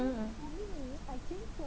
mm mm